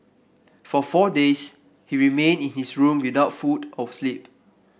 for four days he remained in his room without food or sleep